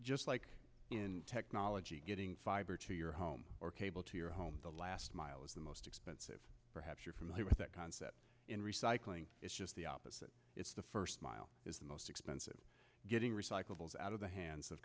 just like in technology getting fiber to your home or cable to your home the last mile is the most expensive perhaps you're familiar with that concept in recycling is just the opposite it's the first mile is the most expensive getting recyclables out of the hands of